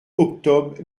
octobre